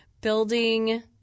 building